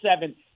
seven